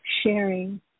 sharing